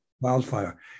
Wildfire